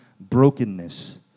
brokenness